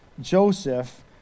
Joseph